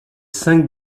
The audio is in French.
cinq